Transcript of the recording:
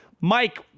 Mike